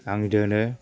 आं दोनो